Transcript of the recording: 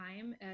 time